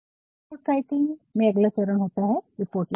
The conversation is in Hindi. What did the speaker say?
तो रिपोर्ट राइटिंग में अगला चरण होता है रिपोर्ट लिखना